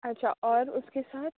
اچھا اور اُس کے ساتھ